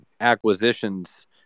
acquisitions